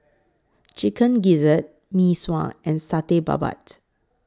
Chicken Gizzard Mee Sua and Satay Babat